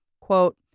quote